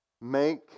make